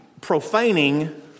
profaning